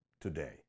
today